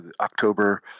october